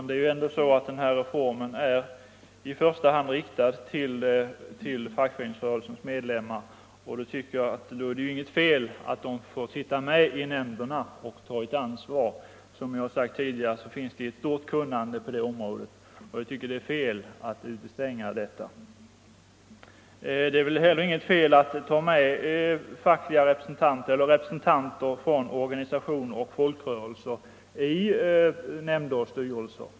Herr talman! Den här reformen är ju i första hand riktad till fackföreningsrörelsens medlemmar, och då tycker jag inte att det är något fel att de får sitta med i nämnderna och ta ett ansvar. Som jag sagt tidigare finns det inom fackföreningsrörelsen ett stort kunnande på detta område, och jag anser det oriktigt att utestänga den. Det är inget fel att ta med representanter för organisationer och folkrörelser i skilda organ.